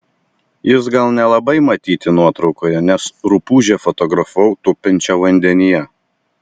jis gal nelabai matyti nuotraukoje nes rupūžę fotografavau tupinčią vandenyje